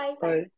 Bye